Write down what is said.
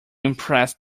impressed